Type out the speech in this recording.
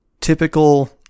typical